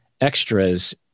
extras